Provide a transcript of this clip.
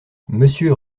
monsieur